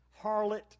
harlot